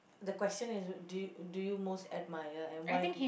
the question is do you do you most admire and why did